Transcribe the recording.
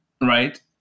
Right